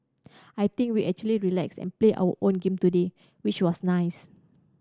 I think we actually relaxed and play our own game today which was nice